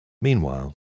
Meanwhile